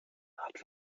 art